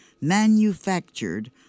manufactured